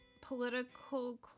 political